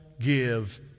give